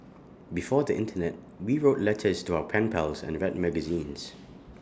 before the Internet we wrote letters to our pen pals and read magazines